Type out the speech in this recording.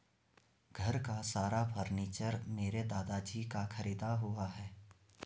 घर का सारा फर्नीचर मेरे दादाजी का खरीदा हुआ है